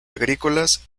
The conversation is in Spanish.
agrícolas